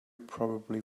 probably